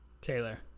Taylor